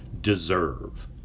deserve